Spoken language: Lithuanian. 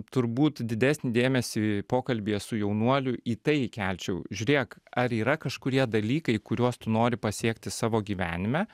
turbūt didesnį dėmesį pokalbyje su jaunuoliu į tai įkelčiau žiūrėk ar yra kažkurie dalykai kuriuos tu nori pasiekti savo gyvenime